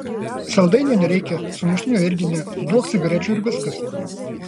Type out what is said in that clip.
saldainio nereikia sumuštinio irgi ne duok cigarečių ir viskas